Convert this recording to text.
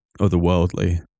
otherworldly